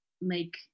make